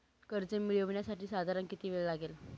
कर्ज मिळविण्यासाठी साधारण किती वेळ लागेल?